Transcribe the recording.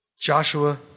Joshua